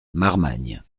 marmagne